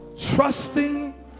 Trusting